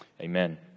amen